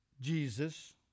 Jesus